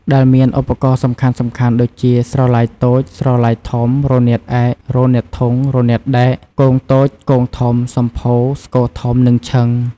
ដែលមានឧបករណ៍សំខាន់ៗដូចជា ស្រឡៃតូច ស្រឡៃធំ រនាតឯក រនាតធុង រនាតដែក គងតូច គងធំ សម្ភោរ ស្គរធំ និងឈិង។